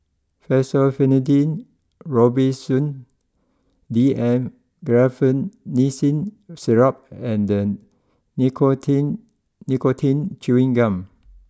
Fexofenadine Robitussin D M Guaiphenesin Syrup and then Nicotine Nicotine Chewing Gum